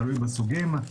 תלוי בסוגים.